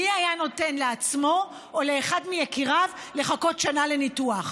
מי היה נותן לעצמו או לאחד מיקיריו לחכות שנה לניתוח,